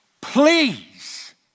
please